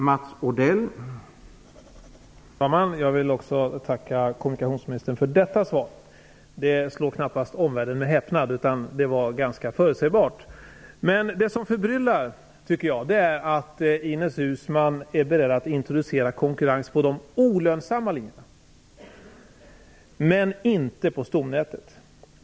Herr talman! Jag vill tacka kommunikationsministern också för detta svar. Det slår knappast omvärlden med häpnad, utan det var ganska förutsägbart. Men det som förbryllar är att Ines Uusmann är beredd att introducera konkurrens på de olönsamma linjerna men inte på stomnätet.